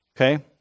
Okay